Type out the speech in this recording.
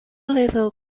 little